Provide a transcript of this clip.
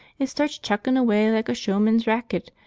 it starts chuckin' away like a showman's racket,